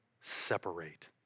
separate